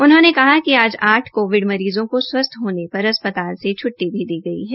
उन्होंने कहा कि आज आठ कोविड मरीजों को स्वस्थ होने पर अस्पताल से छ्ट्टी भी दी गई है